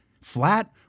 flat